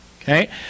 okay